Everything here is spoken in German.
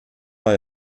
war